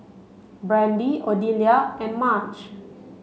Brandy Odelia and Marge